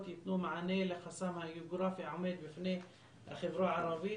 ייתנו מענה לחסם הגיאוגרפי העומד בפני החברה הערבית.